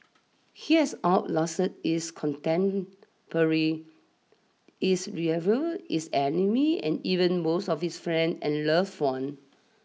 he has out lasted his contemporary his rivals his enemies and even most of his friends and loved ones